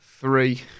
three